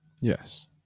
Yes